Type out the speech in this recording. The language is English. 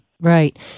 right